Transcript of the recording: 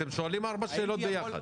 אתם שואלים ארבע שאלות ביחד.